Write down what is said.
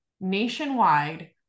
nationwide